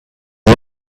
run